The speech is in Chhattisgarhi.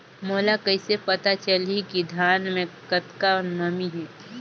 मोला कइसे पता चलही की धान मे कतका नमी हे?